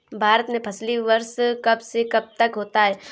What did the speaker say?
भारत में फसली वर्ष कब से कब तक होता है?